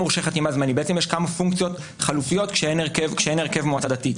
בעצם יש כמה פונקציות חלופיות כשאין הרכב מועצה דתי.